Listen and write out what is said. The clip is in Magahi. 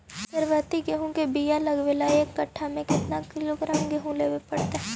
सरबति गेहूँ के बियाह लगबे ल एक कट्ठा ल के किलोग्राम गेहूं लेबे पड़तै?